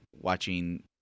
watching